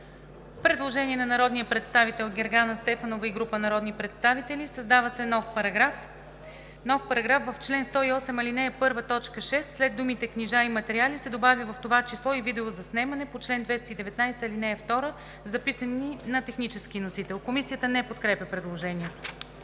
предложение на народния представител Гергана Стефанова и група народни представители: „Създава се нов параграф: „В чл. 108, ал. 1, т. 6 след думите „книжа и материали“ се добавя „в това число и видеозаписите по чл. 219, ал. 2, записани на технически носител“.“ Комисията не подкрепя предложението.